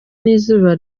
n’izuba